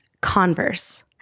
Converse